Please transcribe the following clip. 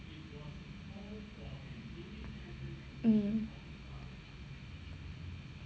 mm